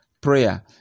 Prayer